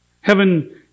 Heaven